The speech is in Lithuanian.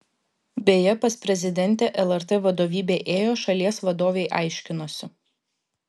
beje pas prezidentę lrt vadovybė ėjo šalies vadovei aiškinosi